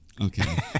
Okay